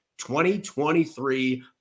2023